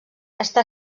està